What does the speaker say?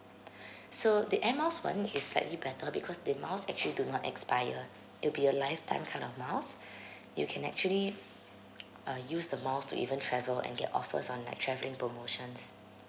so the air miles one is slightly better because the miles actually do not expire it'll be a lifetime kind of miles you can actually uh use the miles to even travel and get offers on like travelling promotions